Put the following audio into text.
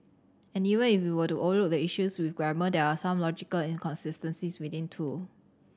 and even if we were to overlook the issues with grammar there are some logical inconsistencies within too